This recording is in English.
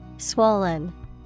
Swollen